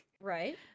right